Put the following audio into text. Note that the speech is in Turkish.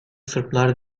sırplar